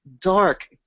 dark